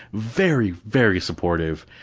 very, very supportive.